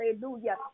hallelujah